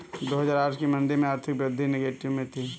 दो हजार आठ की मंदी में आर्थिक वृद्धि नेगेटिव में थी